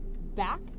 Back